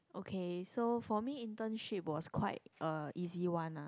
okay so for me internship was quite a easy one ah